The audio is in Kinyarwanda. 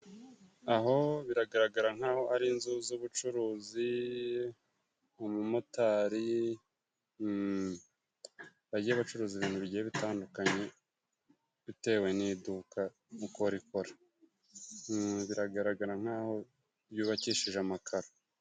Aho biragaragara nk'aho ari inzu z'ubucuruzi, umumotari agiye gucuruza ibintu bigiye bitandukanye bitewe n'iduka uko rikora, biragaragara nk'aho ryubakishije amakaro.